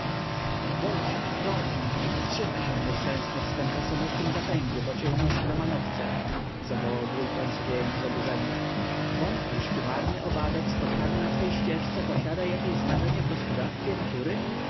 dość dość wstrzymaj się nieszczęsny w swym krasomówczym zapędzie bo cię unosi na manowce zawołał wuj ponsowiejąc z oburzenia wątpisz czy marny owadek spotkany na twej ścieżce posiada jakieś znaczenie w gospodarstwie natury